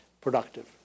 productive